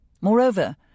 Moreover